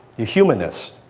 your humanness,